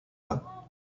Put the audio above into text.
pas